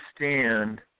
understand